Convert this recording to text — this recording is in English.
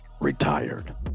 retired